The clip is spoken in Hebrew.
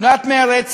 תנועת מרצ